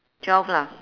twelve lah